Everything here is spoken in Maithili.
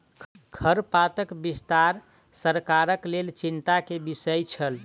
खरपातक विस्तार सरकारक लेल चिंता के विषय छल